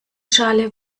schale